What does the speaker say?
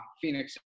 phoenix